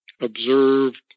observed